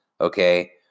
okay